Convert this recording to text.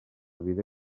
vida